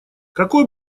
какой